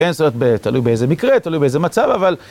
כן, זאת תלוי באיזה מקרה, תלוי באיזה מצב, אבל...